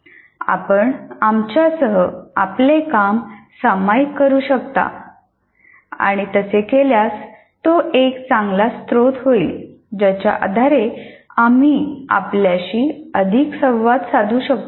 आपण आमच्यासह आपले काम सामायिक करू शकत असल्यास तो एक चांगला स्रोत होईल ज्याच्या आधारे आम्ही आपल्याशी अधिक संवाद साधू शकतो